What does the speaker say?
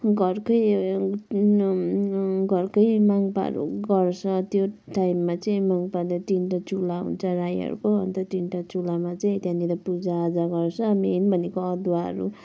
घरकै घरकै मङ्पाहरू गर्छ त्यो टाइममा चाहिँ माङ्पाले तिनटा चुल्हा हुन्छ राईहरूको अन्त तिनटा चुल्हामा चाहिँ त्यहाँनिर पूजाआजा गर्छ मेन भनेको अदुवाहरू